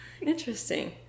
interesting